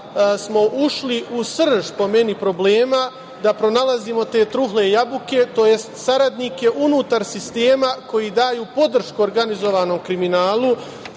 smo ušli u srž, po meni, problema, da pronalazimo te trule jabuke, tj. saradnike unutar sistema koji daju podršku organizovanom kriminalu,